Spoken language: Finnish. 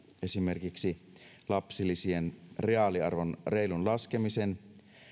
esimerkiksi lapsilisien reaaliarvon reilun laskemisen